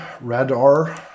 Radar